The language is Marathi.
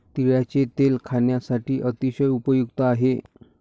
तिळाचे तेल खाण्यासाठी अतिशय उपयुक्त आहे